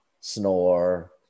snore